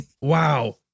Wow